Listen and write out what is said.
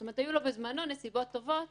זאת אומרת, היו לו בזמנו נסיבות טובות